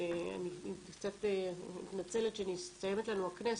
אני קצת מתנצלת שמסתיימת לנו הכנסת.